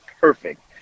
perfect